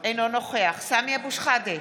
אינו נוכח סמי אבו שחאדה,